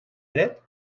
dret